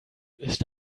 ist